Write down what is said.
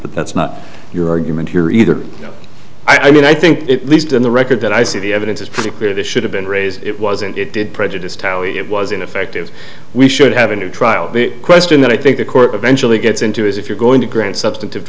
but that's not your argument here either i mean i think it least in the record that i see the evidence is pretty clear this should have been raised it wasn't it did prejudice towie it was ineffective we should have a new trial the question that i think the court eventually gets into is if you're going to grant substantive